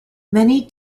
many